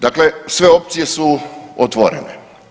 Dakle sve opcije su otvorene.